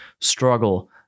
struggle